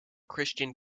christian